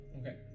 Okay